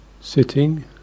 sitting